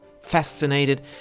Fascinated